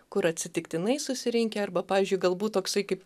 kur atsitiktinai susirinkę arba pavyzdžiui galbūt toksai kaip